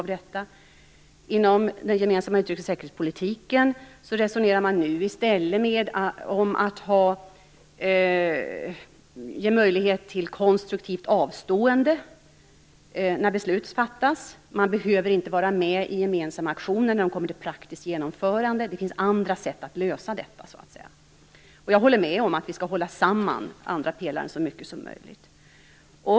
Man resonerar inom den gemensamma utrikes och säkerhetspolitiken nu i stället om att ge möjlighet till konstruktivt avstående när beslut fattas. Man behöver inte vara med i gemensamma aktioner när de kommer till praktiskt genomförande. Det finns så att säga andra sätt att lösa detta. Jag håller med om att vi skall hålla samman andra pelaren så mycket som möjligt.